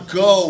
go